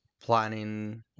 planning